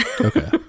okay